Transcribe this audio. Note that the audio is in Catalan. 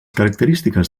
característiques